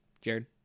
Jared